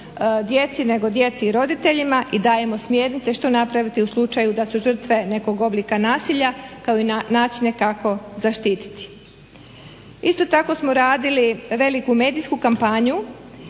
djeci nego djeci i roditeljima i dajemo smjernice što napraviti u slučaju da su žrtve nekog oblika nasilja kao i načine kako zaštititi. Isto tako smo radili veliku medijsku kampanju